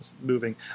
moving